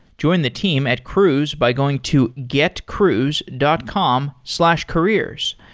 join the team at cruise by going to getcruise dot com slash careers.